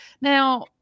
Now